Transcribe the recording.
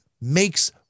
makes